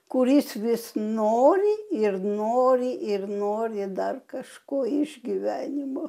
kuris vis nori ir nori ir nori dar kažko iš gyvenimo